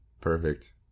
Perfect